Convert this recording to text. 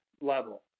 level